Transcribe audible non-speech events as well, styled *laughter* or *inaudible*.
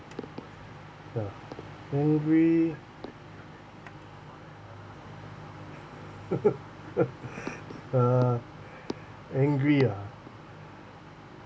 ya angry *laughs* *breath* uh angry ah